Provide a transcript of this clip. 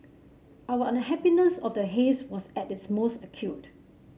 our unhappiness of the haze was at its most acute